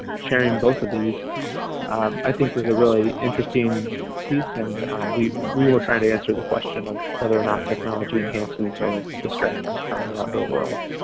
sharing both of these i think was a really interesting piece and we we were trying to answer the question of whether or not technology enhances or distracts from the outdoor world,